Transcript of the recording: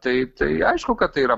taip tai aišku kad tai yra